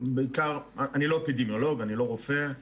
אני לא אפידמיולוג, אני לא רופא.